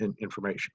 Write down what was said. information